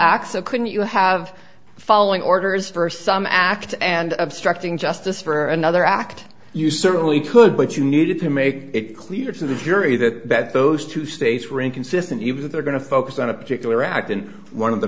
of couldn't you have following orders for some act and obstructing justice for another act you certainly could but you needed to make it clear to the jury that those two states were inconsistent you that they're going to focus on a particular act and one of the